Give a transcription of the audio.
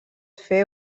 fer